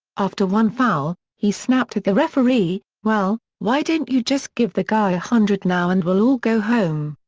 after one foul, he snapped at the referee, well, why don't you just give the guy a hundred now and we'll all go home!